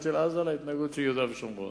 של עזה להתנהגות של יהודה ושומרון.